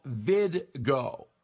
VidGo